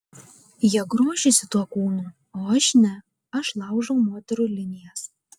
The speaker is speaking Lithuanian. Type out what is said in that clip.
jie grožisi tuo kūnu o aš ne aš laužau moterų linijas